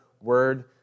word